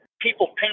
people